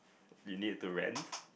you need to rant